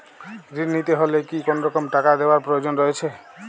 ঋণ নিতে হলে কি কোনরকম টাকা দেওয়ার প্রয়োজন রয়েছে?